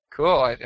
Cool